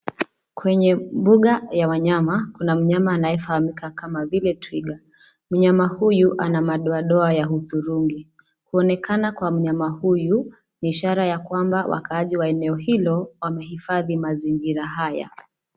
Kwenye mbuga ya wanyama kuna mnyama anayefahamika kama vile twiga, mnyama huyu ana madoadoa ya hudhurungi kuonekana kwa mnyama huyu ni ishara ya kwamba wakaaji wa eneo hilo wamehifadhi mazingira haya.